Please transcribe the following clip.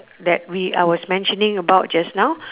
that we I was mentioning about just now